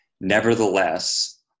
nevertheless